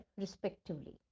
respectively